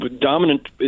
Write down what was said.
dominant